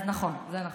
אז זה נכון.